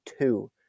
two